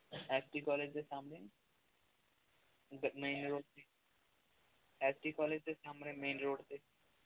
S D college ਦੇ ਸਾਹਮਣੇ main road ਤੇ ਐਸ ਡੀ ਕਾਲਜ ਦੇ ਸਾਹਮਣੇ ਮੇਨ ਰੋਡ ਤੇ